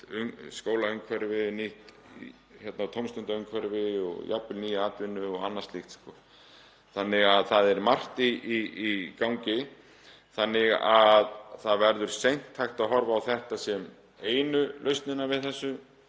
skólaumhverfi, nýtt tómstundaumhverfi og jafnvel nýja atvinnu og annað slíkt. Það er margt í gangi þannig að það verður seint hægt að horfa á þetta sem einu lausnina við þessu